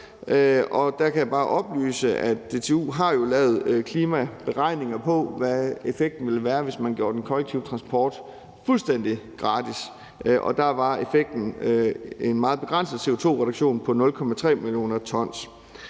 og der kan jeg bare oplyse, at DTU jo har lavet klimaberegninger på, hvad effekten ville være, hvis man gjorde den kollektive transport fuldstændig gratis, og der var effekten en meget begrænset CO2-reduktion på 0,3 mio. t.